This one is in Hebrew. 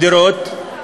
מדירות,